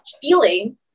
feeling